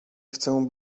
chcę